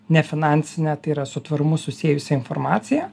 nefinansinę tai yra su tvarumu susiejusią informaciją